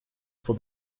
for